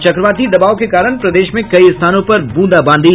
और चक्रवाती दबाव के कारण प्रदेश में कई स्थानों पर बूंदाबांदी